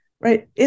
right